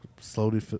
slowly